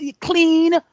clean